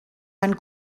van